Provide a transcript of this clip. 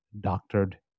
doctored